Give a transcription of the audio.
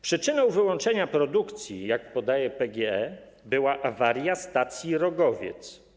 Przyczyną wyłączenia produkcji, jak podaje PGE, była awaria stacji Rogowiec.